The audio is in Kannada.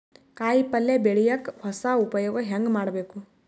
ಕಾಯಿ ಪಲ್ಯ ಬೆಳಿಯಕ ಹೊಸ ಉಪಯೊಗ ಹೆಂಗ ಮಾಡಬೇಕು?